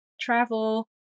travel